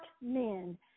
men